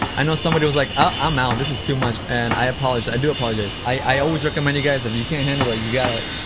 i know somebody was like, oh, i'm out, this is too much, and i apologize, i do apologize. i always recommend you guys if you can't handle it, you gotta